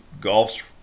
golf's